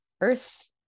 earth